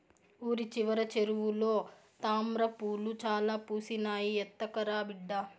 ఊరి చివర చెరువులో తామ్రపూలు చాలా పూసినాయి, ఎత్తకరా బిడ్డా